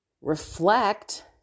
reflect